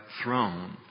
throne